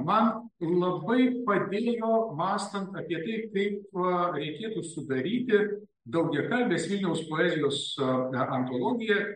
man labai padėjo mąstant apie tai kaip reikėtų sudaryti daugiakalbės vilniaus poezijos antologiją